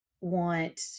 want